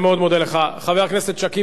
חבר הכנסת שכיב שנאן, בבקשה,